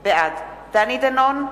בעד דני דנון,